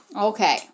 Okay